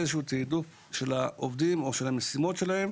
תעודת זהות זמנית,